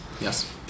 Yes